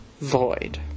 void